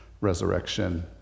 resurrection